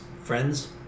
friends